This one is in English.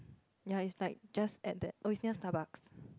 ya is like just at that oh is near Starbucks